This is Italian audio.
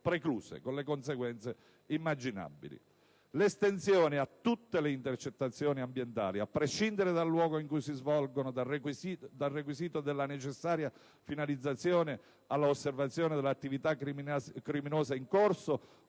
con le conseguenze immaginabili. L'estensione a tutte le intercettazioni ambientali, a prescindere dal luogo in cui si svolgano, del requisito della necessaria finalizzazione alla osservazione dell'attività criminosa in corso,